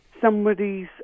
somebody's